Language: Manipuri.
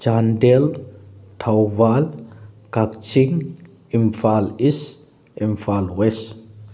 Chandel Thoubal Kakching Imphal east Imphal west